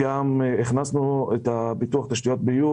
הכנסנו את פיתוח תשתיות ביוב,